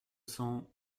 cent